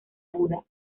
buda